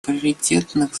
приоритетных